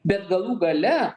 bet galų gale